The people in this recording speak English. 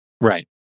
Right